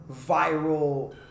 viral